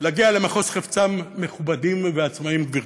להגיע למחוז חפצם מכובדים ועצמאים, גברתי,